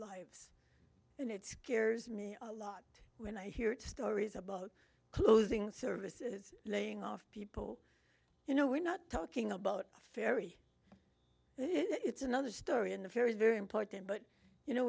lives and it scares me a lot when i hear stories about closing service is laying off people you know we're not talking about fairy it's another story in a very very important but you know